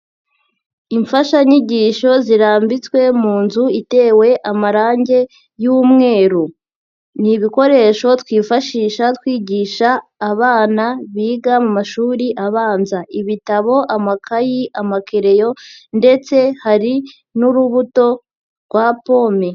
Imfashanyigisho zirambitswe mu nzu itewe amarange y'umweru, ni ibikoresho twifashisha twigisha abana biga mu mashuri abanza, ibitabo, amakayi, amakereyo ndetse hari n'urubuto rwa pome.